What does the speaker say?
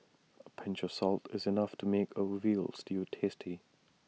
A pinch of salt is enough to make A Veal Stew tasty